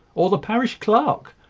or the parish clerk?